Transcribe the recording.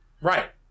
Right